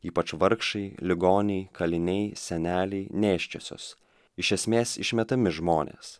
ypač vargšai ligoniai kaliniai seneliai nėščiosios iš esmės išmetami žmonės